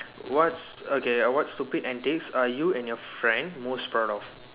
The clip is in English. what's okay what stupid antics are you and your friend most proud of